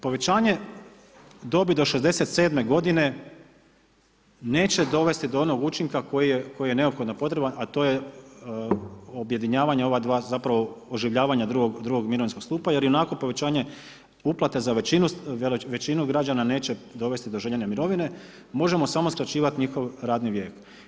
Povećanje dobi do 67 godine neće dovesti do onog učinka koji je neophodno potreban a to je objedinjavanja ova dva zapravo oživljavanje drugog mirovinskog stupa jer ionako povećanje uplate za većinu građana neće dovesti do željene mirovine, možemo samo skraćivati njihov radni vijek.